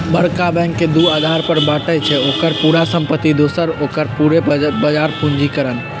बरका बैंक के दू अधार पर बाटइ छइ, ओकर पूरे संपत्ति दोसर ओकर पूरे बजार पूंजीकरण